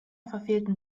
verfehlten